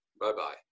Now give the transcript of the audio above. Bye-bye